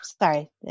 Sorry